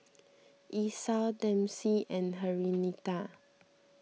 Esau Dempsey and Henrietta